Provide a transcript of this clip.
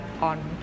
on